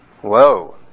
Whoa